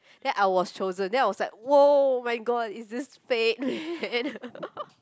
then I was chosen then I was like !wow! my god is this fate